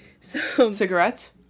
Cigarettes